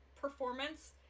performance